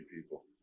people